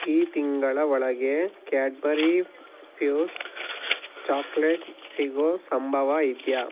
ಈ ತಿಂಗಳ ಒಳಗೆ ಕ್ಯಾಡ್ಬರಿ ಪ್ಯೂಸ್ ಚಾಕ್ಲೇಟ್ ಸಿಗೋ ಸಂಭವ ಇದೆಯಾ